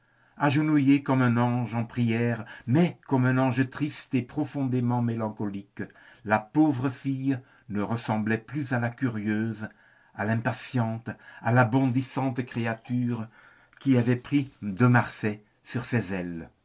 agenouillée comme un ange en prière mais comme un ange triste et profondément mélancolique la pauvre fille ne ressemblait plus à la curieuse à l'impatiente à la bondissante créature qui avait pris de marsay sur ses ailes